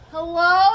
Hello